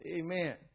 Amen